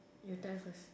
you tell first